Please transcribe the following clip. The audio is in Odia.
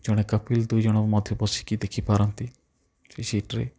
ଜଣେ କପଲ୍ ଦୁଇଜଣ ମଧ୍ୟ ବସିକି ଦେଖିପାରନ୍ତି ସେଇ ସିଟ୍ରେ